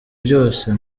byose